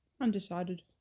Undecided